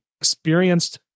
experienced